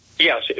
Yes